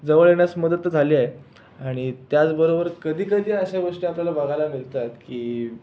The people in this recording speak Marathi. जवळ येण्यास तर मदत तर झाली आहे आणि त्याचबरोबर कधीकधी अशा गोष्टी आपल्याला बघायला मिळतात की